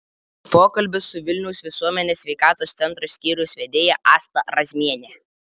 pokalbis su vilniaus visuomenės sveikatos centro skyriaus vedėja asta razmiene